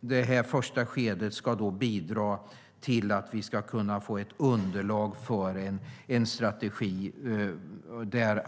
Det första skedet ska bidra till att vi får ett underlag för en strategi.